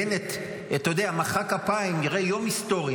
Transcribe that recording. בנט, אתה יודע, מחא כפיים, יום היסטורי.